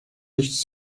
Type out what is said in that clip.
nichts